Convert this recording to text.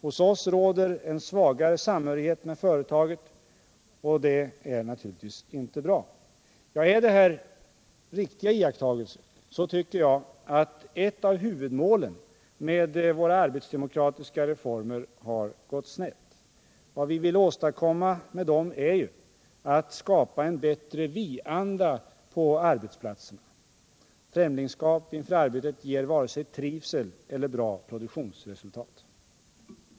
Hos oss råder en svagare samhörighet med företaget, och det är naturligtvis inte bra. Är det här riktiga iakttagelser, så tycker jag att ett av huvudmålen med våra arbetsdemokratiska reformer har gått snett. Vad vi vill åstadkomma med dem är att skapa en bättre vi-anda på arbetsplatserna. Främlingskap inför arbetet ger varken trivsel eller bra produktionsresultat.